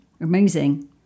amazing